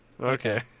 Okay